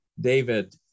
David